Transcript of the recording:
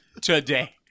today